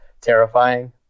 terrifying